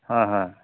হয় হয়